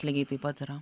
lygiai taip pat yra